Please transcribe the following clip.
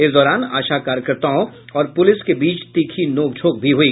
इस दौरान आशा कार्यकर्ताओं और पुलिस के बीच तीखी नोंकझोंक भी हुई